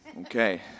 Okay